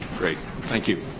great. thank you.